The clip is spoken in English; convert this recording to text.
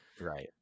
Right